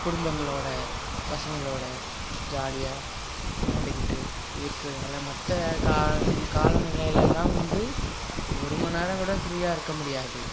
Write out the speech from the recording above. குடும்பங்களோடய பசங்களோடு ஜாலியாக விளையாண்டுக்கிட்டு இருக்கறதுனாலே மற்ற கா காலநிலையிலேலாம் வந்து ஒரு மணி நேரம் கூட ஃபிரீயாக இருக்க முடியாது